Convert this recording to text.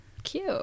cute